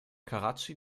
karatschi